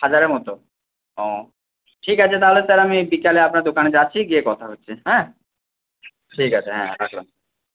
হাজারের মতো ও ঠিক আছে তাহলে স্যার আমি বিকালে আপনার দোকানে যাচ্ছি গিয়ে কথা হচ্ছে হ্যাঁ ঠিক আছে হ্যাঁ রাখলাম